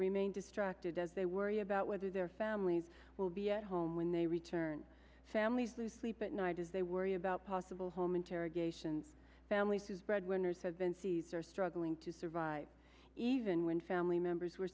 remain distracted as they worry about whether their families will be at home when they return families to sleep at night as they worry about possible home interrogations families whose breadwinners have been seeds are struggling to survive even when family members were